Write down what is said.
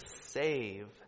save